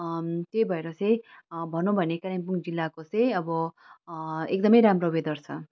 त्यही भएर चाहिँ भनौँ भने कालिम्पोङ जिल्लाको चाहिँ अब एकदमै राम्रो वेदर छ